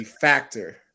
factor